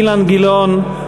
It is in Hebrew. אילן גילאון,